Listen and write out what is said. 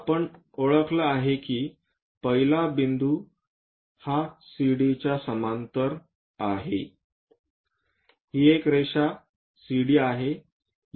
आपण ओळखला आहे की पहिला बिंदू 1 हा CD च्या समांतर आहे ही एक रेषा CD आहे